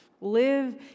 Live